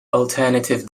alternative